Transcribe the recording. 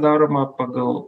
daroma pagal